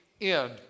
end